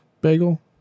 bagel